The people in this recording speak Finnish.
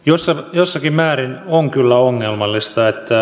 jossakin määrin on kyllä ongelmallista että